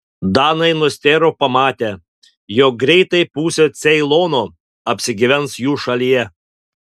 danai nustėro pamatę jog greitai pusė ceilono apsigyvens jų šalyje